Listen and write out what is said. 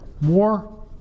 more